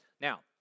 Now